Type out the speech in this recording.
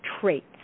traits